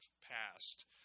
passed